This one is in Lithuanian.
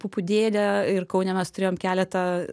pupų dėde ir kaune mes turėjom keletą